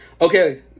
Okay